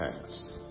past